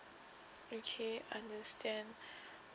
okay understand